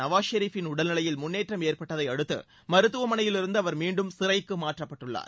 நவாஸ் ஷெரீபின் உடல்நிலையில் முன்னேற்றம் ஏற்பட்டதை அடுத்து மருத்துவமனையிலிருந்து அவர் மீண்டும் சிறைக்கு மாற்றப்பட்டுள்ளார்